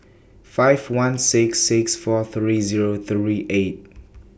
five one six six four three Zero three eight